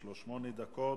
יש לו שמונה דקות.